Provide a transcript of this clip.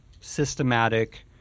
systematic